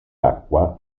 acqua